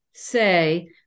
say